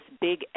big